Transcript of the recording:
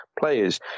players